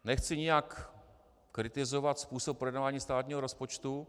Nechci nijak kritizovat způsob projednávání státního rozpočtu.